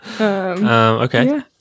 Okay